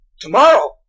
Tomorrow